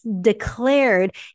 declared